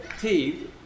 teeth